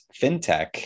fintech